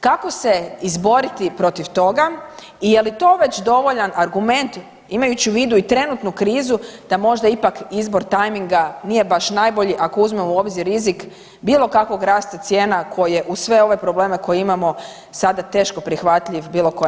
Kako se izboriti protiv toga i je li to već dovoljan argument imajući u vidu i trenutnu krizu da možda ipak izbor tajminga nije baš najbolji ako uzmemo u obzir rizik bilo kakvog rasta cijene koje uz sve ove probleme koje imamo sada teško prihvatljiv bilo kojem građaninu Hrvatske.